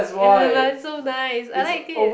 I don't know it's so nice I like it